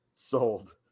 sold